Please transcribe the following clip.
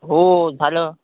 हो झालं